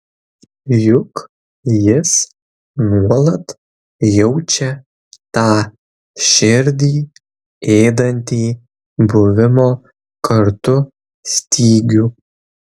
juk jis nuolat jaučia tą širdį ėdantį buvimo kartu stygių